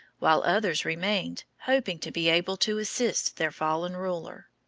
while others remained, hoping to be able to assist their fallen ruler.